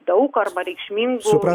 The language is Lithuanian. daug arba reikšmingų